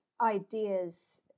ideas